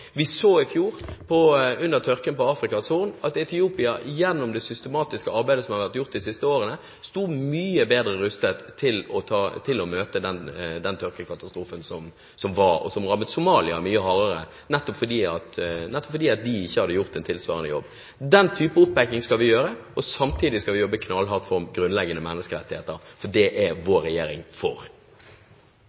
Vi så i fjor under tørken på Afrikas Horn at Etiopia gjennom det systematiske arbeidet som har vært gjort de siste årene, sto mye bedre rustet til å møte denne tørkekatastrofen, som rammet Somalia mye hardere, nettopp fordi de ikke hadde gjort en tilsvarende jobb. Den type oppbakking skal vi gjøre. Samtidig skal vi jobbe knallhardt for grunnleggende menneskerettigheter, for det er vår regjering for.